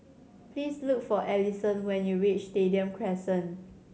please look for Alison when you reach Stadium Crescent